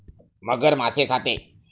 मगर मासे खाते